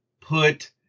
put